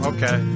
Okay